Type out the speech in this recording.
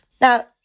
Now